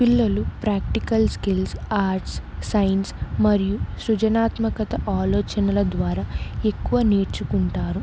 పిల్లలు practical skills arts science మరియు సృజనాత్మకత ఆలోచనల ద్వారా ఎక్కువ నేర్చుకుంటారు